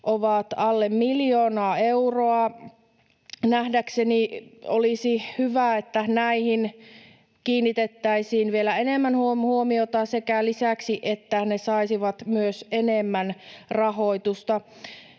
ovat alle miljoona euroa. Nähdäkseni olisi hyvä, että näihin kiinnitettäisiin vielä enemmän huomiota, sekä lisäksi, että ne saisivat myös enemmän rahoitusta.